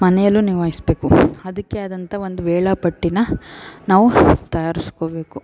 ಮನೆಯಲ್ಲೂ ನಿಭಾಯಿಸ್ಬೇಕು ಅದಕ್ಕೆ ಆದಂಥ ಒಂದು ವೇಳಾಪಟ್ಟಿಯ ನಾವು ತಯಾರಿಸ್ಕೊಬೇಕು